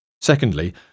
Secondly